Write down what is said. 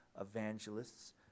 evangelists